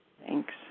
Thanks